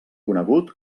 conegut